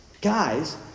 guys